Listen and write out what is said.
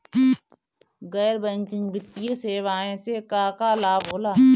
गैर बैंकिंग वित्तीय सेवाएं से का का लाभ होला?